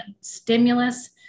stimulus